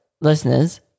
listeners